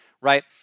right